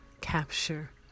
capture